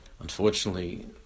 unfortunately